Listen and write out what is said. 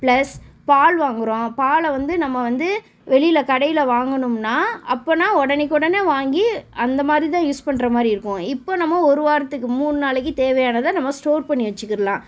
plus பால் வாங்குகிறோம் பாலை வந்து நம்ம வந்து வெளியில் கடையில் வாங்கினோம்னா அப்போன்னால் உடனைக் உடனே வாங்கி அந்தமாதிரி தான் யூஸ் பண்ணுற மாதிரி இருக்கும் இப்போ நம்ம ஒரு வாரத்துக்கு மூணு நாளைக்கு தேவையானதை நம்ம ஸ்டோர் பண்ணி வெச்சிக்கிடுலாம்